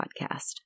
podcast